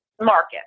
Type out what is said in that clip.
market